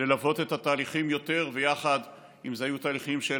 ללוות את התהליכים יותר ויחד, אם אלה תהליכים של